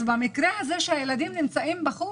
אז במקרה הזה שהילדים נמצאים בחוץ,